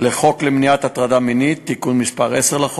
לחוק למניעת הטרדה מינית (תיקון מס' 10),